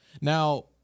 Now